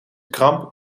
kramp